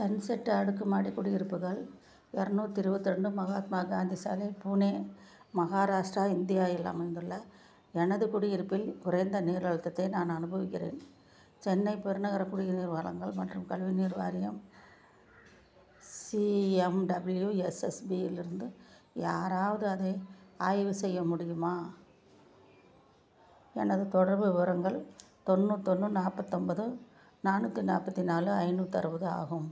sunset அடுக்குமாடி குடியிருப்புகள் இரநூத்தி இருபத்தி ரெண்டு மகாத்மா காந்தி சாலை புனே மகாராஷ்டிரா இந்தியா இல் அமைந்துள்ள எனது குடியிருப்பில் குறைந்த நீர் அழுத்தத்தை நான் அனுபவிக்கிறேன் சென்னை பெருநகர குடிநீர் வழங்கல் மற்றும் கழிவுநீர் வாரியம் சிஎம்டபிள்யூஎஸ்எஸ்பி இலிருந்து யாராவது அதை ஆய்வு செய்ய முடியுமா எனது தொடர்பு விவரங்கள் தொண்ணூதொன்று நாற்பத்தொம்போது நானூற்றி நாற்பத்தி நாலு ஐந்நூற்றறுவது ஆகும்